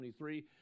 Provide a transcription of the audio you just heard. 23